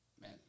man